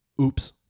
Oops